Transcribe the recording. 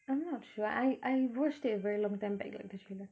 I don't know I I watched it a very long time back like the trailer